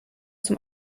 zum